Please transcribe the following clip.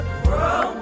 grow